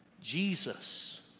Jesus